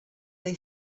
they